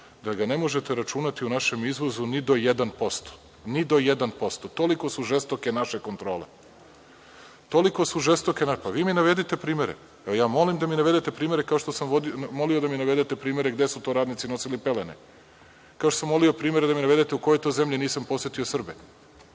da ga ne možete računati u našem izvozu ni do 1%, ni do 1%. Toliko su žestoke naše kontrole. Vi mi navedite primere, evo, molim da mi navedete primere, kao što sam molio da mi navedete primere gde su to radnici nosili pelene, kao što sam molio primere da mi navedete primere u kojoj to zemlji nisam posetio Srbe.